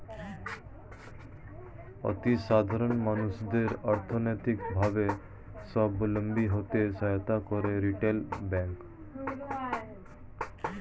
অতি সাধারণ মানুষদের অর্থনৈতিক ভাবে সাবলম্বী হতে সাহায্য করে রিটেল ব্যাংক